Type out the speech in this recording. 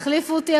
תחליפו אותי,